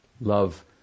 love